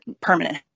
permanent